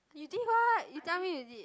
you did what you tell me you did